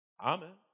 Amen